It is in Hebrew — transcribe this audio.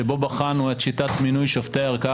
שבו בחנו את שיטת מינוי שופטי הערכאה